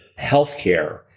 healthcare